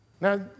Now